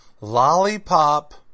Lollipop